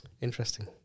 Interesting